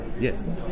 Yes